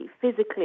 physically